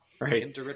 right